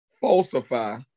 falsify